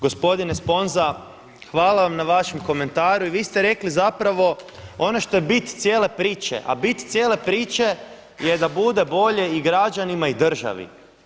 Gospodine Sponza hvala vam na vašem komentaru i vi ste rekli zapravo, ono što je bit cijele priče, a bit cijele priče je da bude bolje i građanima i državi.